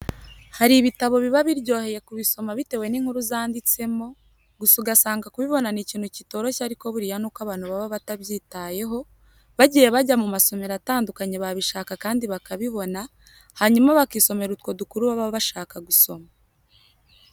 Hari ibitabo biba biryoheye kubisoma bitewe n'inkuru zanditsemo, gusa ugasanga kubibona ni ikintu kitoroshye ariko buriya nuko abantu baba batabyitayeho, bagiye bajya mu masomero atandukanye babishaka kandi bakabibona, hanyuma bakisomera utwo dukuru baba bashaka gusoma.